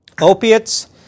Opiates